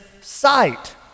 sight